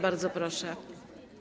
Bardzo proszę.